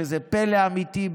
שזה פלא אמיתי,